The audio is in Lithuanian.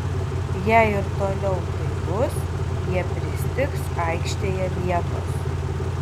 jei ir toliau taip bus jie pristigs aikštėje vietos